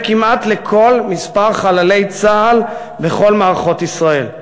כמעט לכל מספר חללי צה"ל בכל מערכות ישראל.